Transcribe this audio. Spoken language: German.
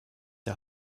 der